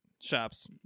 shops